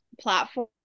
platform